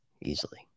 easily